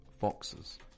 Foxes